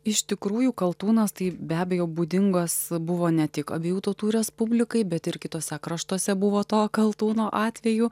iš tikrųjų kaltūnas tai be abejo būdingas buvo ne tik abiejų tautų respublikai bet ir kituose kraštuose buvo to kaltūno atvejų